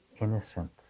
innocence